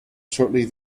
shortly